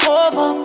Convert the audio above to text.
over